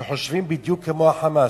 שחושבים בדיוק כמו ה"חמאס",